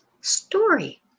story